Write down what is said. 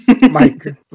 Mike